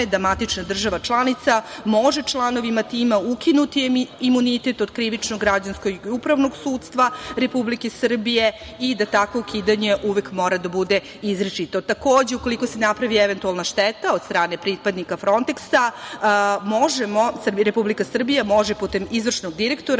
da matična država članica može članovima tima ukinuti imunitet od krivičnog, građanskog i upravnog sudstva Republike Srbije i tako ukidanje uvek mora da bude izričito. Takođe, ukoliko se napravi eventualna šteta od strane pripadnika Fronteksa, Republika Srbija može putem izvršnog direktora